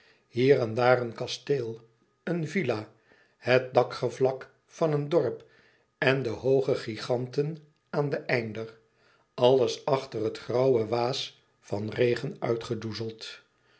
hier en daar een kasteel een villa het dakgevlak van een dorp en de hooge giganten aan den einder alles achter het grauwe waas van regen